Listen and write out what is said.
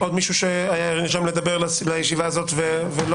עוד מישהו שנרשם לדבר ולא דיבר?